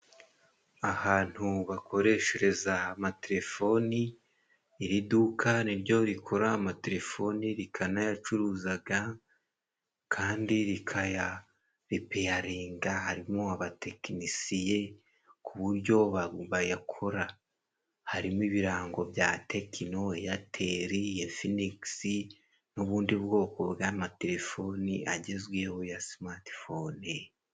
Ahantu bakoreshereza amatelefoni, iri duka ni ryo rikora amatelefoni rikanayacuruzaga kandi rikayaripiyaringa, harimo abatekinisiye ku buryo bayakora. Harimo ibirango bya Tekino, Eyateli, Infinikisi, n'ubundi bwoko bw'amatelefoni agezweho ya simatifone.